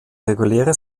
reguläre